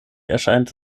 erscheint